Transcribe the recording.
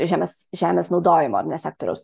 žemės žemės naudojimo ar ne sektoriaus